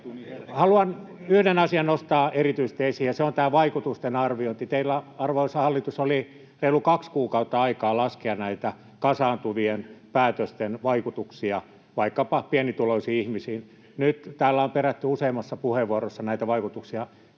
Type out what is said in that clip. Haluan yhden asian nostaa erityisesti esiin, ja se on tämä vaikutusten arviointi. Teillä, arvoisa hallitus, oli reilu kaksi kuukautta aikaa laskea näitä kasaantuvien päätösten vaikutuksia vaikkapa pienituloisiin ihmisiin. Nyt täällä on perätty useammassa puheenvuorossa näitä vaikutuksia.